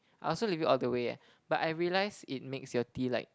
I also leave it all the way eh but I realize it makes your tea like